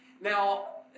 Now